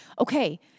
Okay